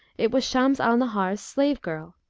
it was shams al-nahar's slave-girl.